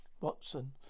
Watson